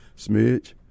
smidge